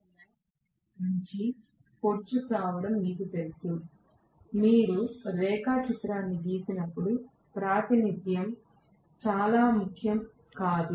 రెండు చివర్ల నుండి పొడుచుకు రావడం మీకు తెలుసు మీరు రేఖాచిత్రాన్ని గీసినప్పుడు ప్రాతినిధ్యం చాలా ముఖ్యం కాదు